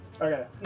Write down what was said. Okay